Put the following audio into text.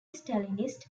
stalinist